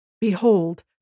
Behold